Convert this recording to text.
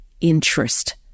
interest